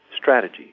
Strategy